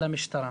למשטרה.